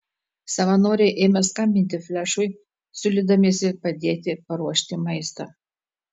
savanoriai ėmė skambinti flešui siūlydamiesi padėti paruošti maistą